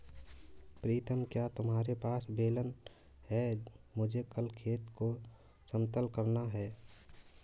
प्रीतम क्या तुम्हारे पास बेलन है मुझे कल खेत को समतल करना है?